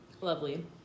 lovely